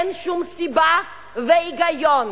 אין שום סיבה והיגיון